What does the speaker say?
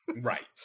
right